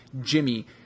Jimmy